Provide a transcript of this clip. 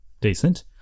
decent